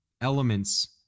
elements